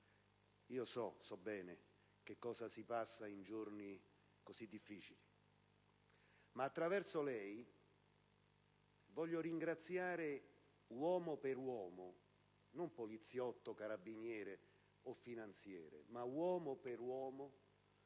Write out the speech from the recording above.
- io so bene che cosa si passa in giorni così difficili - e attraverso di lei voglio ringraziare, uomo per uomo - non poliziotto, carabiniere o finanziere, ma uomo per uomo